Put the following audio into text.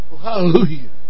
Hallelujah